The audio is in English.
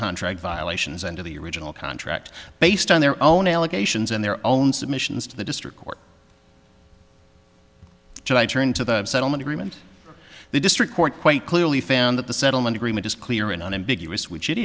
contract violations and to the original contract based on their own allegations and their own submissions to the district court so i turned to the settlement agreement the district court quite clearly found that the settlement agreement is clear and unambiguous which it